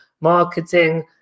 marketing